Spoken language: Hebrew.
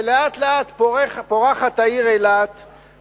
ולאט-לאט העיר אילת פורחת,